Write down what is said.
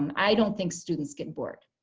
um i don't think students get bored.